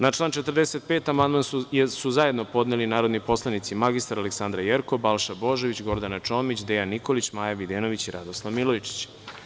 Na član 45. amandman su zajedno podneli narodni poslanici mr Aleksandra Jerkov, Balša Božović, Gordana Čomić, Dejan Nikolić, Maja Videnović i Radoslav Milojičić.